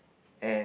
and